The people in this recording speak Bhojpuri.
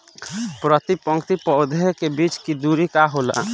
प्रति पंक्ति पौधे के बीच के दुरी का होला?